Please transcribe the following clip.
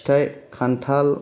फिथाइ खान्थाल